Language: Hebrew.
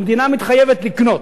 המדינה מתחייבת לקנות.